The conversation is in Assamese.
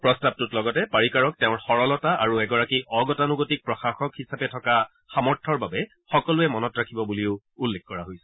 প্ৰস্তাৱটোত লগতে পাৰিকাৰক তেওঁৰ সৰলতা আৰু এগৰাকী অগতানুগতিক প্ৰশাসক হিচাপে থকা সামৰ্থ্যৰ বাবে সকলোৱে মনত ৰাখিব বুলিও উল্লেখ কৰা হৈছে